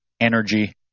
energy